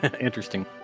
interesting